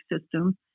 system